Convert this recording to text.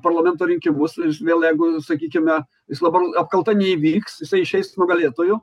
parlamento rinkimus ir jis vėl jeigu sakykime jis labal apkalta neįvyks jisai išeis nugalėtoju